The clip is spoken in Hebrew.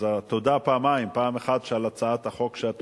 אז התודה פעמיים: פעם אחת על הצעת החוק שאת